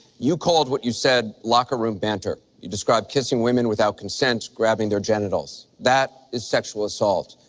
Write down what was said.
you called what you said locker room banter. you described kissing women without consent, grabbing their genitals. that is sexual assault.